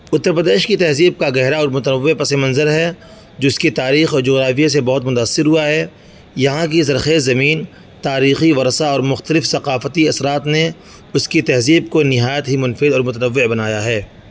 اتر پردیش کی تہذیب کا گہرا اور متنوع پس منظر ہے جس کی تاریخ اور جغرافیے سے بہت متأثر ہوا ہے یہاں کی زرخیز زمین تاریخی ورثہ اور مختلف ثقافتی اثرات نے اس کی تہذیب کو نہایت ہی منفرد اور متنوع بنایا ہے